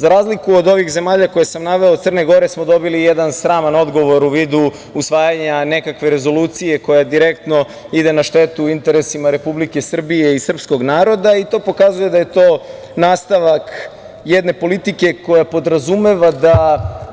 Za razliku od ovih zemalja koje sam naveo, od Crne Gore smo dobili jedan sraman odgovor u vidu usvajanja nekakve rezolucije koja direktno ide na štetu interesima Republike Srbije i srpskog naroda, i to pokazuje da je to nastavak jedne politike koja podrazumeva da